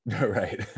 right